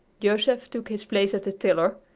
joseph took his place at the tiller,